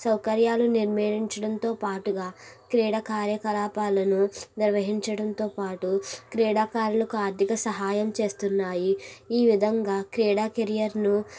సౌకర్యాలు నిర్మించడంతో పాటుగా క్రీడ కార్యకలాపాలను నిర్వహించడంతో పాటు క్రీడాకారులకు ఆర్థిక సహాయం చేస్తున్నాయి ఈ విధంగా క్రీడా కెరియర్ను